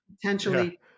potentially